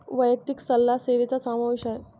वैयक्तिक सल्ला सेवेचा समावेश आहे